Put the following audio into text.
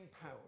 power